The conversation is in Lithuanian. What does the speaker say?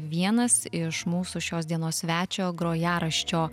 vienas iš mūsų šios dienos svečio grojaraščio